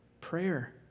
Prayer